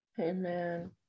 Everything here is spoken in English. Amen